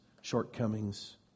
shortcomings